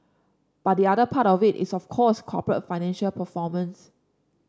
but the other part of it is of course corporate financial performance